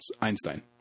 Einstein